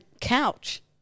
Couch